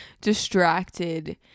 distracted